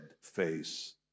face